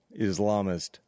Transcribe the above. Islamist